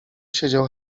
siedział